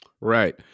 Right